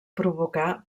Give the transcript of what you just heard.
provocar